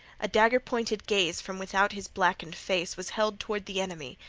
a dagger-pointed gaze from without his blackened face was held toward the enemy,